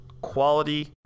quality